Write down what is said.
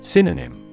Synonym